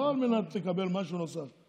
לא על מנת לקבל משהו נוסף.